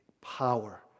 power